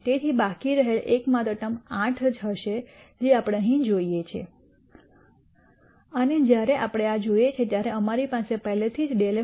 તેથી બાકી રહેલ એકમાત્ર ટર્મ 8 હશે જે આપણે અહીં જોઈએ છીએ અને જ્યારે આપણે આ જોઈએ ત્યારે અમારી પાસે પહેલેથી જ ∂f ∂x2